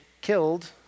killed